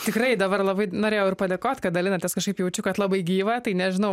tikrai dabar labai norėjau ir padėkot kad dalinatės kažkaip jaučiu kad labai gyva tai nežinau